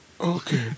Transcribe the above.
okay